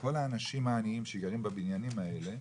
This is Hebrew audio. וכל האנשים העניים שגרים בבניינים האלה,